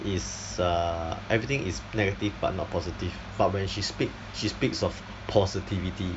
is err everything is negative but not positive but when she speak she speaks of positivity